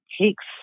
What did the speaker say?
takes